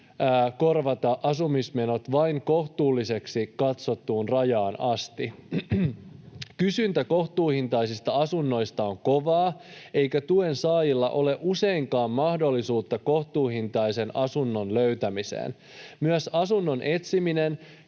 korvata asumismenot vain kohtuulliseksi katsottuun rajaan asti. Kysyntä kohtuuhintaisista asunnoista on kova, eikä tuen saajilla ole useinkaan mahdollisuutta kohtuuhintaisen asunnon löytämiseen. Myös asunnon etsiminen